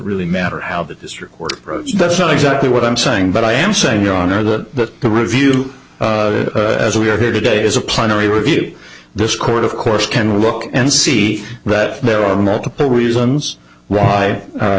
really matter how the district court that's not exactly what i'm saying but i am saying your honor that the review as we are here today is a plenary review this court of course can look and see that there are multiple reasons why